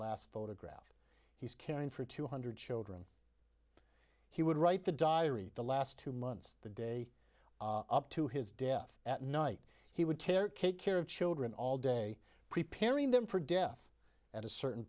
last photograph he's caring for two hundred children he would write the diary the last two months the day up to his death at night he would tear care of children all day preparing them for death at a certain